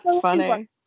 funny